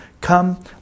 Come